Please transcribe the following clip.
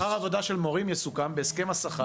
שכר עבודה של מורים יסוכם בהסכם השכר.